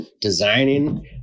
designing